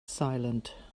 silent